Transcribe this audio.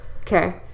Okay